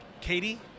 Katie